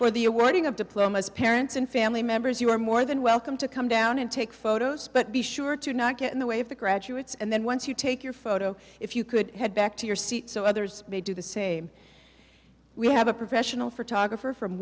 for the awarding of diplomas parents and family members you are more than welcome to come down and take photos but be sure to not get in the way of the graduates and then once you take your photo if you could head back to your seat so others may do the same we have a professional photographer from